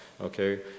okay